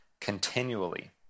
continually